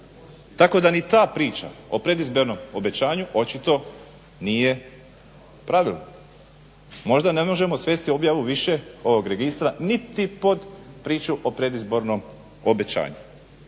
tako da ni ta priča o predizbornom obećanju očito nije pravilna. Možda ne možemo svesti objavu više ovog registra niti pod priču o predizbornom obećanju.